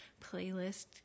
playlist